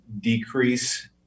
decrease